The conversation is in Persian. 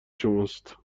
شماست